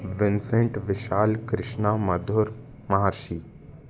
Vincent Vishal Krishna Madhur Maharshi